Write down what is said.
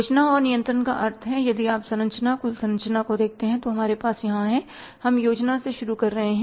योजना और नियंत्रण का अर्थ है यदि आप संरचना कुल संरचना को देखते हैं तो हमारे पास यहाँ है हम योजना से शुरू कर रहे हैं